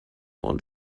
und